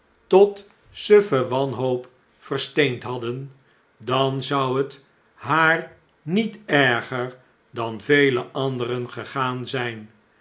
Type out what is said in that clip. tot suffe wanhoop versteend hadden dan zou het haar niet erger dan vele anderen gegaan zijn